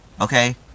Okay